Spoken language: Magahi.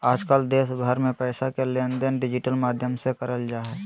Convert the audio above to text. आजकल देश भर मे पैसा के लेनदेन डिजिटल माध्यम से करल जा हय